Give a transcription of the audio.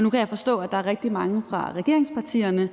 Nu kan jeg forstå, at der er rigtig mange fra regeringspartierne